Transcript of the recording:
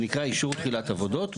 שנקרא אישור תחילת עבודות.